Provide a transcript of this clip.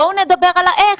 בואו נדבר על האיך.